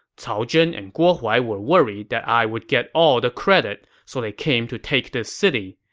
cao zhen and guo huai were worried that i would get all the credit, so they came to take this city.